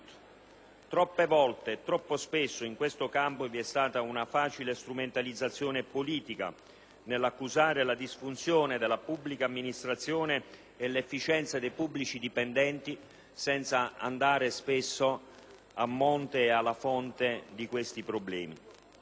Troppe volte e troppo spesso in questo campo vi è stata una facile strumentalizzazione politica nell'accusare le disfunzioni della pubblica amministrazione e l'inefficienza dei pubblici dipendenti, senza andare alla fonte di questi problemi.